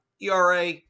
ERA